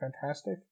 fantastic